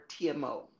TMO